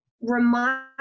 remind